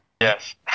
Yes